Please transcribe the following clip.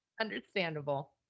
understandable